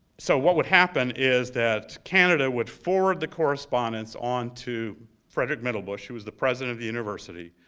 so what would happen is that canada would forward the correspondence on to frederick middlebush, who was the president of the university,